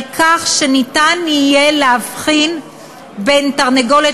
על כך שיהיה אפשר להבחין בין תרנגולת